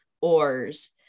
oars